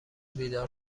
بیدار